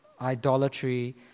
idolatry